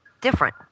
different